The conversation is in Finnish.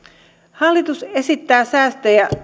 hallitus esittää säästöjä